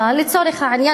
לצורך העניין,